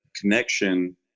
connection